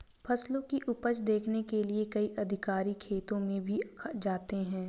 फसलों की उपज देखने के लिए कई अधिकारी खेतों में भी जाते हैं